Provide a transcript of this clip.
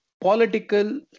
political